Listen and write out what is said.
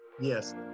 Yes